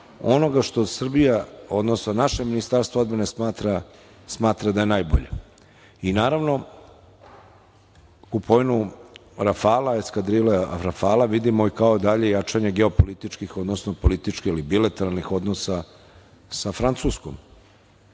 odnosno naše Ministarstvo odbrane smatra da je najbolje. Naravno, kupovinom eskadrile Rafala, vidimo i kao dalje jačanje geopolitičkih, odnosno političkih i bilateralnih odnosa sa Francuskom,